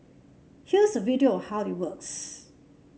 here's a video of how it works